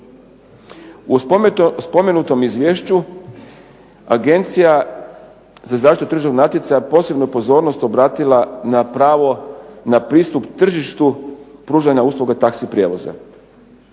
U spomenutom izvješću Agencija za zaštitu tržišnog natjecanja posebnu pozornost je obratila na pristup tržištu pružanja usluga taxi prijevoza